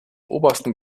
obersten